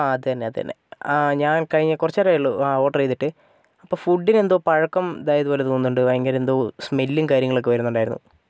ആ അതുതന്നെ അതുതന്നെ ആ ഞാൻ കഴിഞ്ഞ കുറച്ചു നേരമായുള്ളു ഓർഡർ ചെയ്തിട്ട് അപ്പോൾ ഫുഡിന് എന്തോ പഴക്കം ഇതായത് പോലെ തോന്നുന്നുണ്ട് ഭയങ്കര എന്തോ സ്മെല്ലും കാര്യങ്ങളൊക്കെ വരുന്നുണ്ടായിരുന്നു